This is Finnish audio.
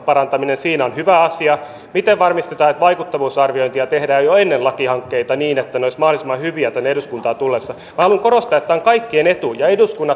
elikkä meillä on yllättävän paljon suomessa tällaista todella raskasta työtä mihin ei välttämättä sitten saada enää suomalaisia työntekijöitä matkaan